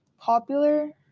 popular